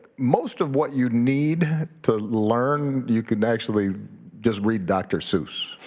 most of what you need to learn, you can actually just read dr. seuss,